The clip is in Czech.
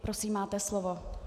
Prosím, máte slovo.